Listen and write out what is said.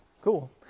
Cool